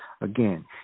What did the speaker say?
Again